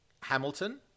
Hamilton